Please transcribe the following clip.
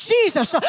Jesus